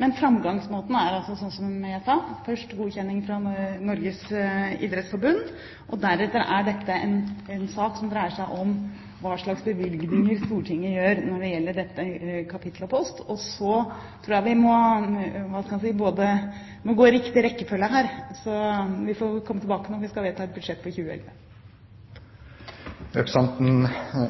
men framgangsmåten er altså slik som jeg sa: Først godkjenning av Norges idrettsforbund, og deretter er dette en sak som dreier seg om hva slags bevilgninger Stortinget gjør når det gjelder dette kapitlet og denne post. Jeg tror vi må ta det i riktig rekkefølge her. Vi får komme tilbake til dette når vi skal vedta et budsjett for 2011. Jeg har tillatt